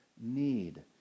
need